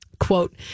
Quote